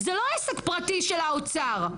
זה לא עסק פרטי של האוצר.